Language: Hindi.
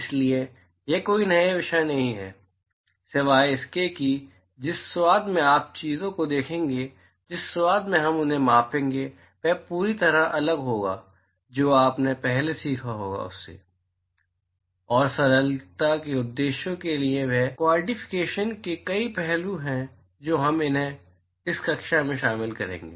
इसलिए यह कोई नया विषय नहीं है सिवाय इसके कि जिस स्वाद में आप चीजों को देखेंगे जिस स्वाद में हम उन्हें मापेंगे वह पूरी तरह से अलग होगा जो आपने पहले सीखा होगा और सरलता के उद्देश्यों के लिए वे कवॉंटीफिकेशन के कई पहलू हैं जो हम उन्हें इस कक्षा में शामिल करेंगे